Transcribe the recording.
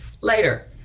later